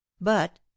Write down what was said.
But